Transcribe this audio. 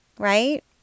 Right